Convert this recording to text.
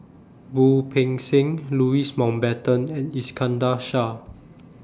Wu Peng Seng Louis Mountbatten and Iskandar Shah